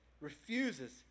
refuses